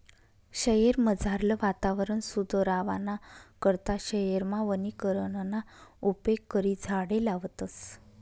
शयेरमझारलं वातावरण सुदरावाना करता शयेरमा वनीकरणना उपेग करी झाडें लावतस